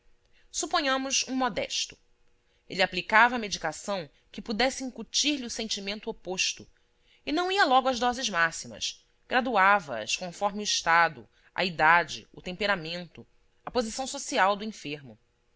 suponhamos um modesto ele aplicava a medicação que pudesse incutir-lhe o sentimento oposto e não ia logo às doses máximas graduava as conforme o estado a idade o temperamento a posição social do enfermo